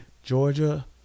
Georgia